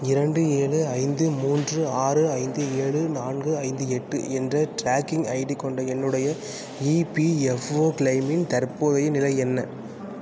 இரண்டு ஏழு ஐந்து மூன்று ஆறு ஐந்து ஏழு நான்கு ஐந்து எட்டு என்ற ட்ராக்கிங் ஐடி கொண்ட என்னுடைய இபிஎஃப்ஓ கிளெய்மின் தற்போதைய நிலை என்ன